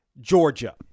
Georgia